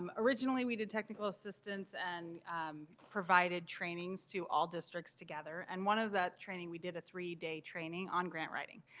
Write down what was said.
um originally we did technical assistance and provided training to all districts together. and one of the training we did a three-day training on grant writing.